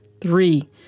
Three